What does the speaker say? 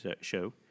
show